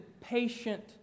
patient